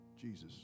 Jesus